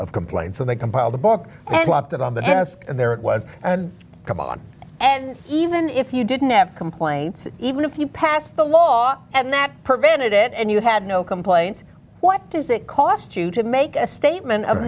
of complaints and they compiled a book and left it on the desk and there it was and come on and even if you didn't have complaints even if you passed the law and that prevented it and you had no complaints what does it cost you to make a statement of